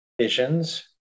visions